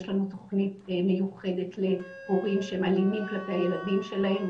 יש לנו תוכנית מיוחדת להורים שהם אלימים כלפי הילדים שלהם,